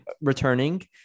returning